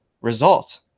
result